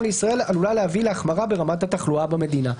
לישראל עלולה להביא להחמרה ברמת התחלואה במדינה.